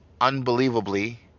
unbelievably